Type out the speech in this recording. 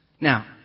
Now